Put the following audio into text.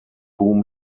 whom